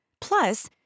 Plus